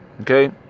Okay